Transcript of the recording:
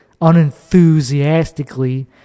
unenthusiastically